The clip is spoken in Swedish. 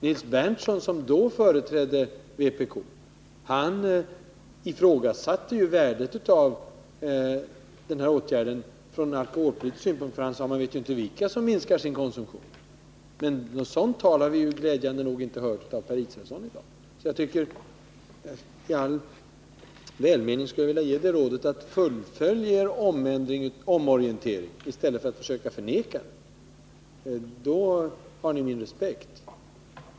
Nils Berndtson, som i höstas företrädde vpk, ifrågasatte ju värdet av åtgärden från alkoholpolitisk synpunkt. Han sade att man inte vet vilka som minskar sin konsumtion. Något sådant tal har vi glädjande nog inte hört från Per Israelssons sida i dag. Så i all välmening skulle jag vilja ge er rådet att fullfölja er omorientering i stället för att försöka förneka den. Då har ni min respekt.